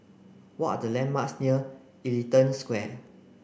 what are the landmarks near Ellington Square